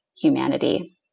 humanity